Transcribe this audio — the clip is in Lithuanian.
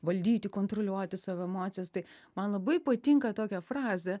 valdyti kontroliuoti savo emocijas tai man labai patinka tokia frazė